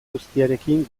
guztiarekin